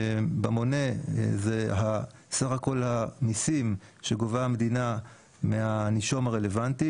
כשבמונה זה סך כל המיסים שהמדינה גובה מהנישום הרלוונטי,